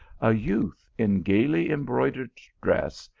a youth, in gaily embroidered dress,